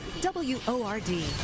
W-O-R-D